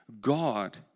God